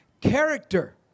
character